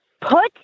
Put